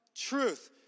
truth